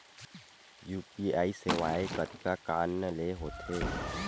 UPI सेवाएं कतका कान ले हो थे?